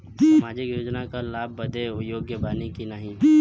सामाजिक योजना क लाभ बदे योग्य बानी की नाही?